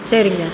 சரிங்க